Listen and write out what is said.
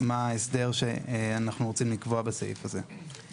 מה ההסדר שאנחנו רוצים לקבוע בסעיף הזה.